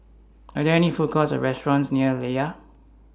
Are There any Food Courts Or restaurants near Layar